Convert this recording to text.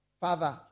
father